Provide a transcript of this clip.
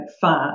fat